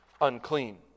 unclean